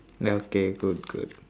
ya okay good good